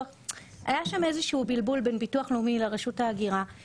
היה שם איזה שהוא בלבול בין ביטוח לאומי לרשות ההגירה,